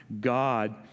God